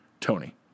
Tony